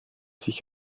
sich